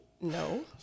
No